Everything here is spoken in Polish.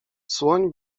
słoń